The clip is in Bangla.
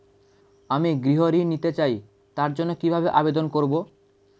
আমি গৃহ ঋণ নিতে চাই তার জন্য কিভাবে আবেদন করব?